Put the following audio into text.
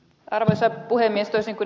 toisin kuin ed